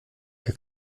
der